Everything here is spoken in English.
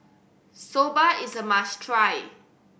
soba is a must try